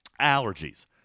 allergies